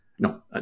No